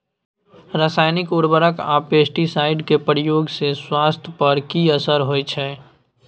रसायनिक उर्वरक आ पेस्टिसाइड के प्रयोग से स्वास्थ्य पर कि असर होए छै?